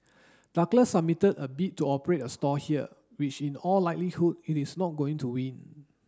Douglas submitted a bid to operate a stall there which in all likelihood it is not going to win